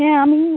হ্যাঁ আমি